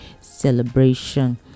celebration